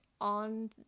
on